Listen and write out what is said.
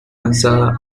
lanzada